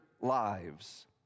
lives